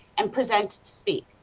and presented to speak.